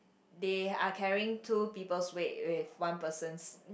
they are carrying two people's weight with one person's